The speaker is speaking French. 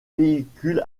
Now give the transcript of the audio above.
véhicule